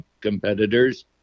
competitors